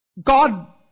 God